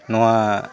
ᱱᱚᱣᱟ